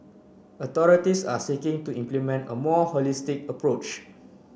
authorities are seeking to implement a more holistic approach